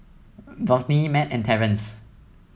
Dorthey Mat and Terence